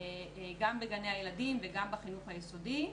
גם בגני הילדים וגם בחינוך היסודי.